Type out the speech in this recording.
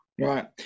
Right